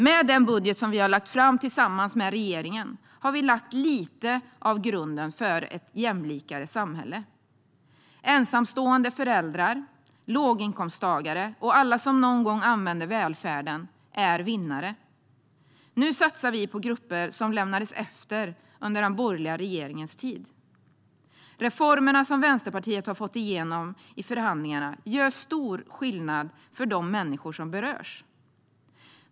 Med den budget som vi lagt fram tillsammans med regeringen har vi lagt lite av grunden för ett jämlikare samhälle. Ensamstående föräldrar, låginkomsttagare och alla som någon gång använder välfärden är vinnare. Nu satsar vi på de grupper som lämnades efter under den borgerliga regeringens tid. Reformerna som Vänsterpartiet har fått igenom i förhandlingarna gör stor skillnad för de människor som berörs.